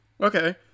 Okay